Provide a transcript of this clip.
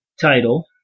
title